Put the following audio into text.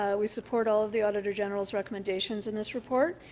ah we support all of the auditor general's recommendations in this report.